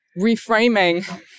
reframing